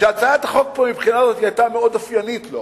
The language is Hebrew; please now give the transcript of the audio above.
שהצעת החוק פה מבחינה זאת היתה מאוד אופיינית לו,